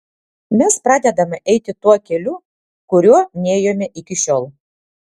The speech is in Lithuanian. mes pradedame eiti tuo keliu kuriuo nėjome iki šiol